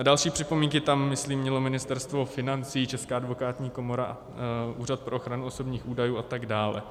Další připomínky tam, myslím, mělo Ministerstvo financí, Česká advokátní komora, Úřad pro ochranu osobních údajů a tak dále.